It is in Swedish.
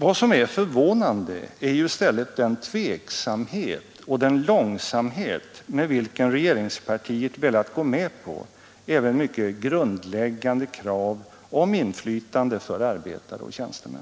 Vad som är förvånande är ju i stället den tveksamhet och den långsamhet med vilken regeringspartiet velat gå med på även mycket grundläggande krav på inflytande för arbetare och tjänstemän.